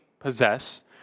possess